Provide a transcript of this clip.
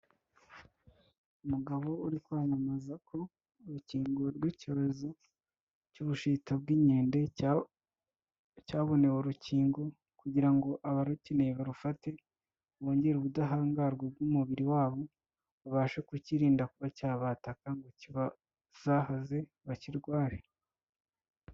Umugabo uri kwamamaza ko urukingo rw'icyorezo cy'ubushita bw'inkende cyaboneye urukingo, kugira ngo abarukeneye barufate bongere ubudahangarwa bw'umubiri wabo, babashe kukiyirinda kuba cyabataka ngo kibazahaze bakirware.